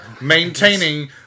maintaining